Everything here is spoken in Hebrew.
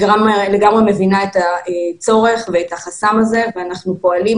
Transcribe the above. אני לגמרי מבינה את הצורך ואת החסם הזה ואנחנו פועלים.